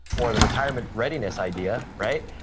or the retirement readiness idea, right?